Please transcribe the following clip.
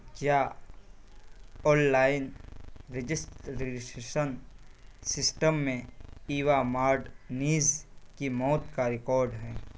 کیا online registration system میں ایوا مارٹ نیز کی موت کا ریکارڈ ہے